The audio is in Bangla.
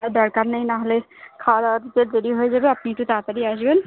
আর দরকার নেই নাহলে খাওয়া দাওয়াতে দেরি হয়ে যাবে আপনি একটু তাড়াতাড়ি আসবেন